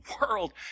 world